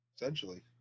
essentially